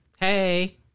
Hey